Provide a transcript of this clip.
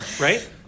Right